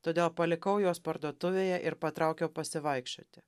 todėl palikau juos parduotuvėje ir patraukiau pasivaikščioti